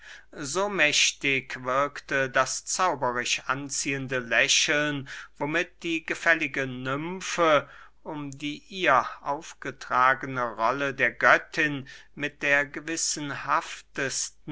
so mächtig wirkte das zauberisch anziehende lächeln womit die gefällige nymfe um die ihr aufgetragene rolle der göttin mit der gewissenhaftesten